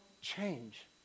change